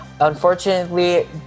Unfortunately